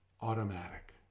automatic